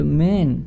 men